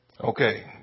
Okay